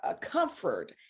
comfort